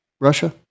Russia